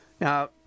Now